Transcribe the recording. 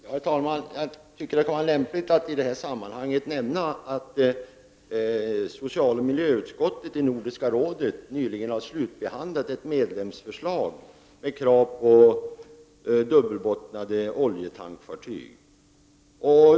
Herr talman! Jag tycker att det kan vara lämpligt att i detta sammanhang nämna att socialoch miljöutskottet i Nordiska rådet nyligen har slutbehandlat ett medlemsförslag med krav på dubbelbottnade oljetankfartyg.